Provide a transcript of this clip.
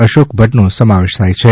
અશોક ભદ્દનો સમાવેશ થાય છે